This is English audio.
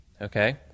okay